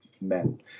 men